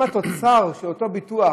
אם התוצר של אותו ביטוח,